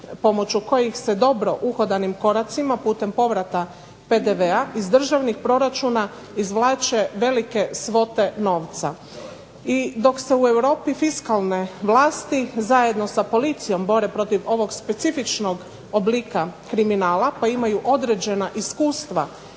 pomoću kojih se dobro uhodanim koracima putem povrata PDV-a iz državnih proračuna izvlače velike svote novca. I dok se u Europi fiskalne vlasti zajedno sa policijom bore protiv ovog specifičnog oblika kriminala pa imaju određena iskustva